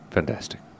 Fantastic